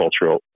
cultural